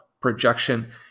projection